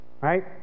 right